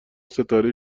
ستاره